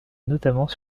notamment